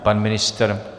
Pan ministr?